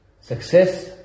Success